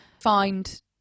find